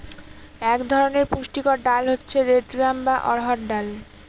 এক ধরনের পুষ্টিকর ডাল হচ্ছে রেড গ্রাম বা অড়হর ডাল